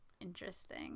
interesting